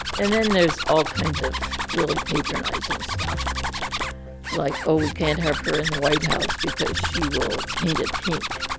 and then there's all kinds of really patronizing stuff like, oh, we can't have her in the white house because she will paint it pink,